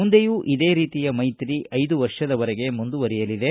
ಮುಂದೆಯೂ ಇದೆ ರೀತಿಯ ಮೈತ್ರಿ ಐದು ವರ್ಷದವರೆಗೆ ಮುಂದುವರಿಯಲಿದೆ